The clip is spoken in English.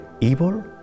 evil